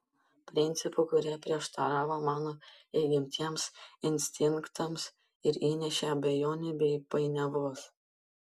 principų kurie prieštaravo mano įgimtiems instinktams ir įnešė abejonių bei painiavos